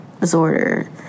disorder